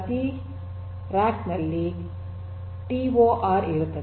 ಪ್ರತಿ ರ್ಯಾಕ್ ನಲ್ಲಿ ಟಿಓಆರ್ ಇರುತ್ತದೆ